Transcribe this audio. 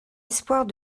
espoirs